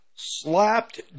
slapped